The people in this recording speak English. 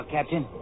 Captain